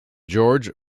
george